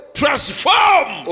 transform